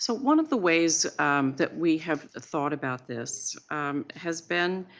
so one of the ways that we have thought about this has been